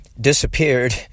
disappeared